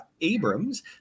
Abrams